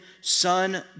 son